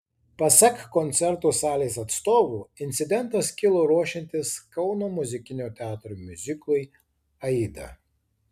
pasak koncertų salės atstovų incidentas kilo ruošiantis kauno muzikinio teatro miuziklui aida